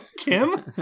Kim